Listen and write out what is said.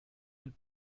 mit